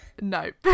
nope